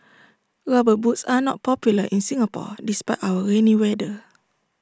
rubber boots are not popular in Singapore despite our rainy weather